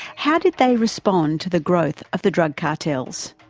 how did they respond to the growth of the drug cartels?